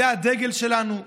זה הדגל שלנו,